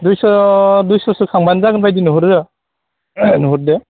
दुइस' दुइस'सो खांबानो जागोन बायदि नुहरो नुहरदों